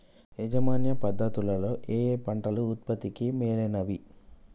యాజమాన్య పద్ధతు లలో ఏయే పంటలు ఉత్పత్తికి మేలైనవి?